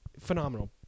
phenomenal